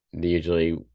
Usually